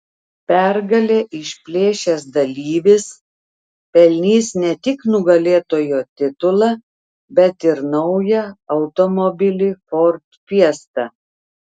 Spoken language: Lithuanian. pergalę išplėšęs dalyvis pelnys ne tik nugalėtojo titulą bet ir naują automobilį ford fiesta